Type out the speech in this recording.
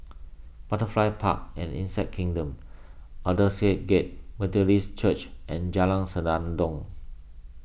Butterfly Park and Insect Kingdom Aldersgate Methodist Church and Jalan Senandong